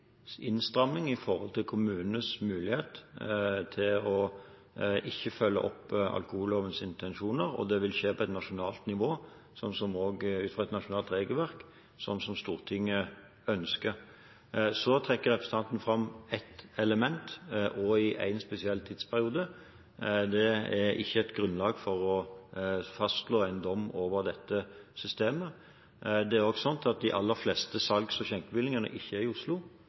innstramming av kommunenes mulighet til å ikke følge opp alkohollovens intensjoner. Det vil skje på et nasjonalt nivå ut fra et nasjonalt regelverk, slik som Stortinget ønsker. Så trekker representanten fram ett element i én spesiell tidsperiode. Det er ikke et grunnlag for å fastslå en dom over dette systemet. Det er også slik at de alle fleste salgs- og skjenkebevilgningene ikke er i Oslo,